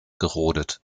gerodet